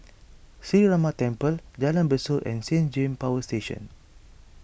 Sree Ramar Temple Jalan Besut and Saint James Power Station